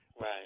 Right